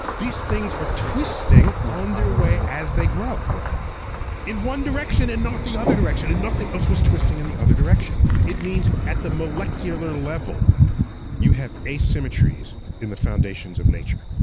these things are twisting on their way as they grow. in one direction and not the other direction, and nothing else was twisting in the other direction. it means at the molecular level you have asymmetries in the foundations of nature.